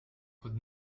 could